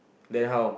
then how